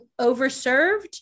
Overserved